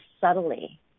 subtly